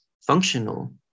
functional